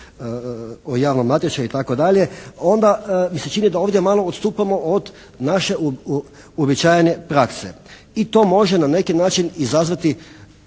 o javnom natječaju i tako dalje onda mi se čini da ovdje malo odstupamo od naše uobičajene prakse. I to može na neki način izazvati